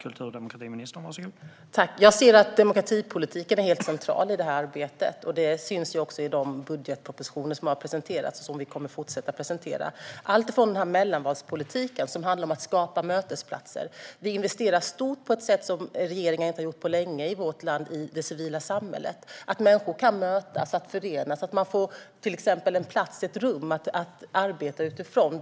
Herr talman! Demokratipolitiken är central i detta arbete, och det syns i de budgetpropositioner som har presenterats och som vi kommer att presentera. Mellanvalspolitiken handlar om att skapa mötesplatser. Vi investerar i det civila samhället på ett sätt som ingen regering har gjort på länge i vårt land. Människor ska kunna mötas och förenas. Man ska till exempel kunna få en plats i ett rum att arbeta från.